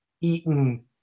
eaten